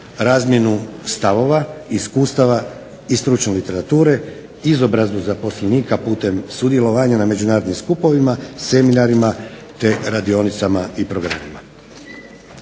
razmjenu stavova, iskustava i stručne literature, izobrazbu zaposlenika putem sudjelovanja na međunarodnim skupovima, seminarima te radionicama i programima.